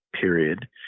period